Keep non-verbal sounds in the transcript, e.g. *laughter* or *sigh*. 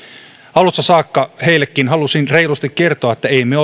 alusta saakka heillekin halusin reilusti kertoa että emme *unintelligible*